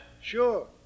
sure